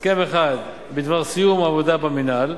הסכם אחד בדבר סיום עבודה במינהל,